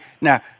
now